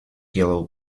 yellow